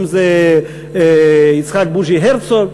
אם יצחק בוז'י הרצוג.